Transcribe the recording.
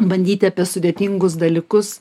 bandyti apie sudėtingus dalykus